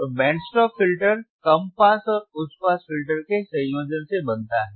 तो band stop filter कम pass और उच्च पास फिल्टर के संयोजन से बनता है